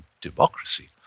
democracy